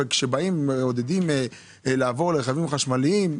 כשמעודדים לעבור לרכבים חשמליים,